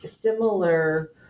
similar